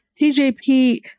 TJP